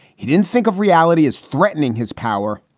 he didn't think of reality as threatening his power.